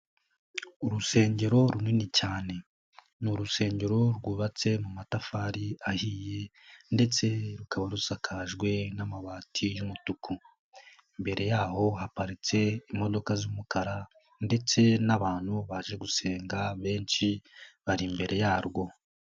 Urusengero runini cyane. Ni urusengero rwubatse mu matafari ahiye ndetse rukaba rusakajwe n'amabati y'umutuku. Imbere yaho haparitse imodoka z'umukara ndetse n'abantu baje gusenga benshi bari imbere yarwo.